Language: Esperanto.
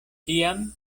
tiam